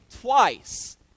twice